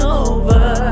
over